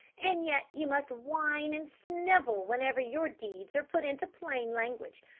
and yet you must whine and snivel whenever your deeds are put into plain language.